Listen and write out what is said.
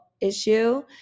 issue